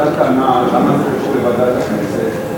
למה זה קשור לוועדת הכנסת?